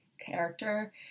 character